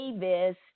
Davis